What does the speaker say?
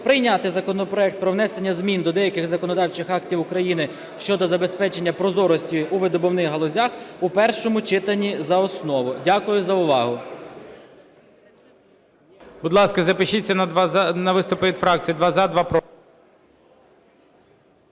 прийняти законопроект про внесення змін до деяких законодавчих актів України щодо забезпечення прозорості у видобувних галузях у першому читанні за основу. Дякую за увагу.